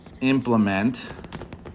implement